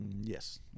Yes